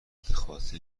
خاطر